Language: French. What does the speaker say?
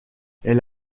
elle